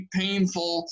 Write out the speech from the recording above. painful